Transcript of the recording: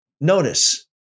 Notice